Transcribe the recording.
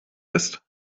ist